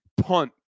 punt